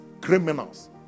criminals